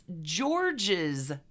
George's